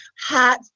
hot